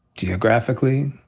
geographically,